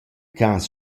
cas